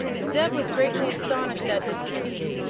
zeb was greatly astonished at his defeat,